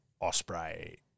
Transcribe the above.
Osprey